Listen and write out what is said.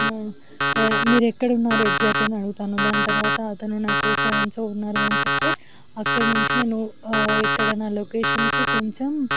మీరు ఎక్కడ ఉన్నారు ఎగ్జాక్ట్లీ అని అడుగుతాను దాని తరువాత అతను నాకు సో అండ్ సో ఉన్నారు అని చెప్తే అక్కడి నుంచి నేను ఇక్కడ నా లొకేషన్కి కొంచెం